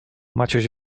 maciuś